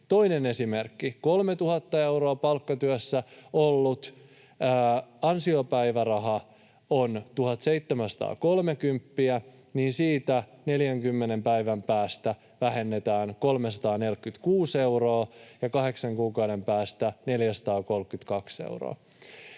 Toinen esimerkki: 3 000 euroa palkkatyössä ansainneella ansiopäiväraha on 1 730, ja siitä 40 päivän päästä vähennetään 346 euroa ja kahdeksan kuukauden päästä 432 euroa.